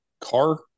car